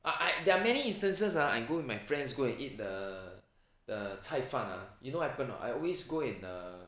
I there are many instances ah I go with my friends go and eat the the 菜饭 ah you know what happen or not I always go and err